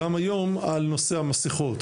גם היום על נושא המסכות,